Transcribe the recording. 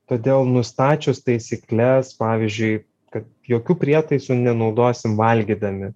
todėl nustačius taisykles pavyzdžiui kad jokių prietaisų nenaudosim valgydami